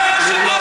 אתה רחמן?